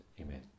Amen